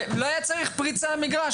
לא היה צריך פריצה למגרש.